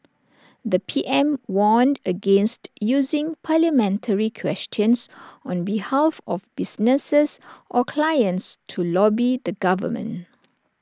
the P M warned against using parliamentary questions on behalf of businesses or clients to lobby the government